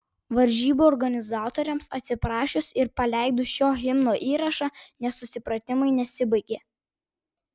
varžybų organizatoriams atsiprašius ir paleidus šio himno įrašą nesusipratimai nesibaigė